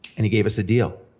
and he gave us a deal.